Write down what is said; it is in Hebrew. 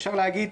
אפשר להגיד,